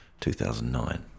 2009